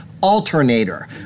alternator